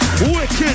Wicked